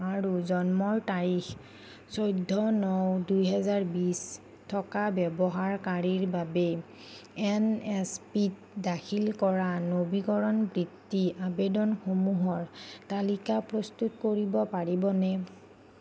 আৰু জন্মৰ তাৰিখ চৈধ্য ন দুইহেজাৰ বিছ থকা ব্যৱহাৰকাৰীৰ বাবে এন এছ পি ত দাখিল কৰা নবীকৰণ বৃত্তি আবেদনসমূহৰ তালিকা প্ৰস্তুত কৰিব পাৰিবনে